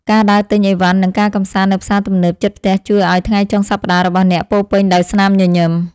ការដើរទិញអីវ៉ាន់និងការកម្សាន្តនៅផ្សារទំនើបជិតផ្ទះជួយឱ្យថ្ងៃចុងសប្តាហ៍របស់អ្នកពោរពេញដោយស្នាមញញឹម។